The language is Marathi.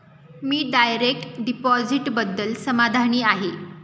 मी डायरेक्ट डिपॉझिटबद्दल समाधानी आहे